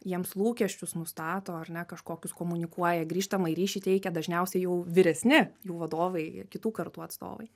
jiems lūkesčius nustato ar ne kažkokius komunikuoja grįžtamąjį ryšį teikia dažniausiai jau vyresni jų vadovai kitų kartų atstovai